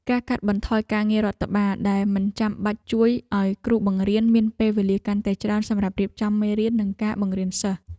ការកាត់បន្ថយការងាររដ្ឋបាលដែលមិនចាំបាច់ជួយឱ្យគ្រូបង្រៀនមានពេលវេលាកាន់តែច្រើនសម្រាប់រៀបចំមេរៀននិងការបង្រៀនសិស្ស។